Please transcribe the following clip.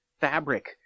fabric